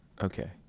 Okay